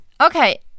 okay